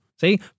see